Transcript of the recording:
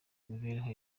mibereho